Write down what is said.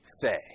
say